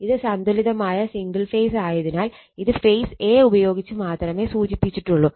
ഇത് സന്തുലിതമായ single phase ആയതിനാൽ ഇത് ഫേസ് a ഉപയോഗിച്ച് മാത്രമേ സൂചിപ്പിച്ചിട്ടുള്ളു